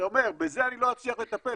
שאתה אומר בזה אני לא אצליח לטפל,